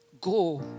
go